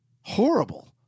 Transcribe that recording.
Horrible